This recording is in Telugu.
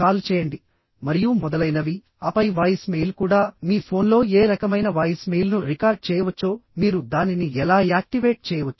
కాల్ చేయండి మరియు మొదలైనవి ఆపై వాయిస్ మెయిల్ కూడా మీ ఫోన్లో ఏ రకమైన వాయిస్ మెయిల్ను రికార్డ్ చేయవచ్చో మీరు దానిని ఎలా యాక్టివేట్ చేయవచ్చు